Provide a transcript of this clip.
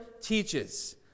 teaches